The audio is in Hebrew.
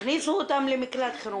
תכניסו אותן למקלט חירום,